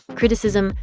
criticism,